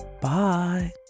Bye